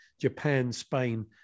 Japan-Spain